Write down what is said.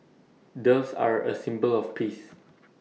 doves are A symbol of peace